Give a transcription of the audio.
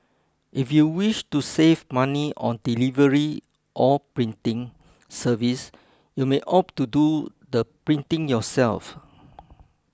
if you wish to save money on delivery or printing service you may opt to do the printing yourself